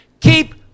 Keep